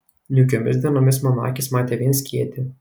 niūkiomis dienomis mano akys matė vien skėtį